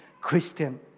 Christian